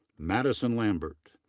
madison lambert.